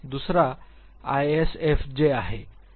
दुसरा आयएसएफजे आहे